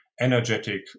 energetic